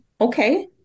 okay